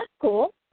cool